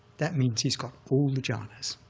that means he's got all the jhanas.